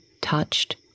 touched